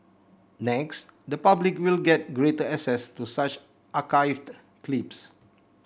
next the public will get greater access to such archived clips